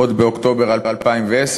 עוד באוקטובר 2010,